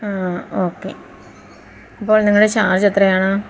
okay അപ്പോൾ നിങ്ങളുടെ charge എത്രയാണ്